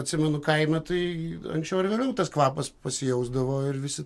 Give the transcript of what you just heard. atsimenu kaime tai anksčiau ar vėliau tas kvapas pasijausdavo ir visi